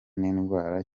n’indwara